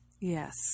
Yes